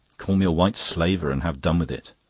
call me a white slaver and have done with it.